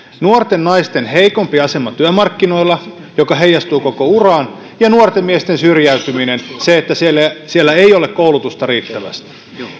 nuorten naisten heikompi asema työmarkkinoilla mikä heijastuu koko uraan ja nuorten miesten syrjäytyminen se että ei ole koulutusta riittävästi